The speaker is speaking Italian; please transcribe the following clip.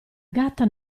gatta